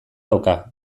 dauka